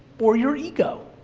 or your ego.